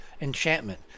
enchantment